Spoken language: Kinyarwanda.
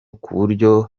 kuburyo